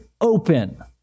open